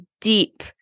deep